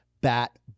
bat